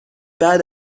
بعد